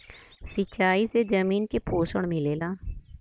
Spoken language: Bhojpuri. सिंचाई से जमीन के पोषण मिलेला